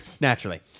Naturally